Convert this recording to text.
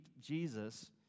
Jesus